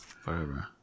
forever